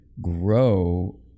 grow